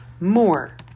more